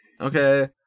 Okay